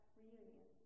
reunion